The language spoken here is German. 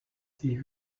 sie